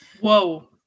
whoa